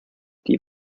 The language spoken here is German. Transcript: die